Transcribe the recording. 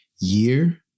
year